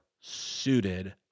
suited